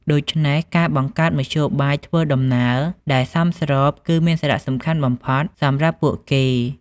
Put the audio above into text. ដូច្នេះ ការបង្កើតមធ្យោបាយធ្វើដំណើរដែលសមស្រប គឺមានសារៈសំខាន់បំផុតសម្រាប់ពួកគេ។